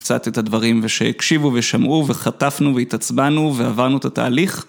קצת את הדברים ושהקשיבו ושמעו וחטפנו והתעצבנו ועברנו את התהליך